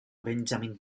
benjamin